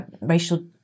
racial